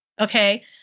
Okay